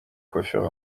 coiffure